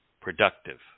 productive